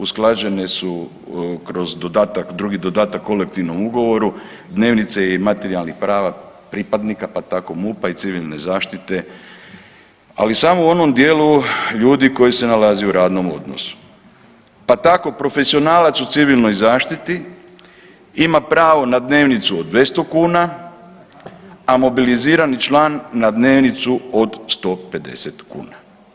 Usklađene su kroz dodatak, drugi dodatak kolektivnom ugovoru dnevnice i materijalna prava pripadnika, pa tako MUP-a i civilne zaštite ali u samo onom dijelu ljudi koji se nalaze u radnom odnosu, pa tako profesionalac u civilnoj zaštiti ima pravo na dnevnicu od 200 kuna, a mobilizirani član na dnevnicu od 150 kuna.